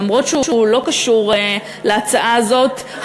למרות שהוא לא קשור להצעה הזאת,